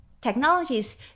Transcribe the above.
technologies